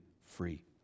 free